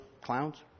clowns